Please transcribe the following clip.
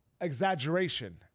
exaggeration